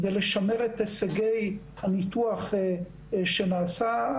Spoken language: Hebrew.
כדי לשמר את הישגי הניתוח שנעשה,